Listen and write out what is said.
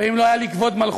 ואם לא היה לי כבוד מלכות,